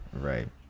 Right